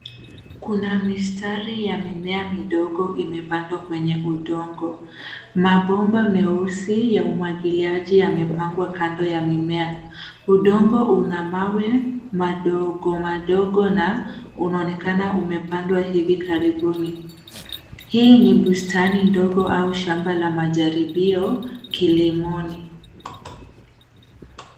Kuna mistari ya mimea midogo imepandwa kwenye udongo. Mabomba meusi ya umwagiliaji yamepangwa kando ya mimea. Udongo una mawe madogo madogo na unaonekana umepandwa hivi karibuni. Hii ni bustani ndogo au shamba la majaribio kilimoni.